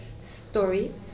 story